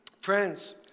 friends